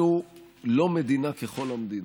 אנחנו לא מדינה ככל המדינות,